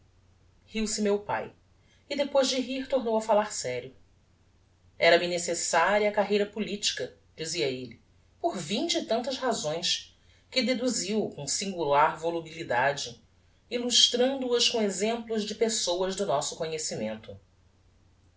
ursa maior riu-se meu pae e depois de rir tornou a fallar serio era-me necessaria a carreira politica dizia elle por vinte e tantas razões que deduziu com singular volubilidade illustrando as com exemplos de pessoas do nosso conhecimento